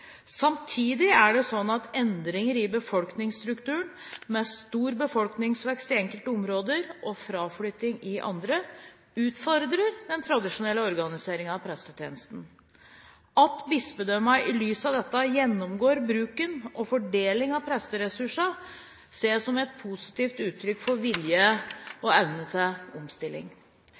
Samtidig er det slik at endringer i befolkningsstrukturen, med stor befolkningsvekst i enkelte områder og fraflytting i andre, utfordrer den tradisjonelle organiseringen av prestetjenesten. At bispedømmene i lys av dette gjennomgår bruken og fordelingen av presteressursene, ser jeg som et positivt uttrykk for vilje og evne til omstilling.